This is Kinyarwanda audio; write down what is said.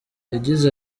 yagize